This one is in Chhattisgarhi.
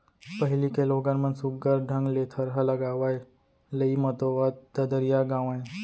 पहिली के लोगन मन सुग्घर ढंग ले थरहा लगावय, लेइ मतोवत ददरिया गावयँ